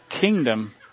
kingdom